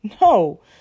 no